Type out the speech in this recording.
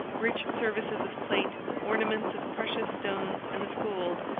rich services of plate, ornaments of precious stones and of gold,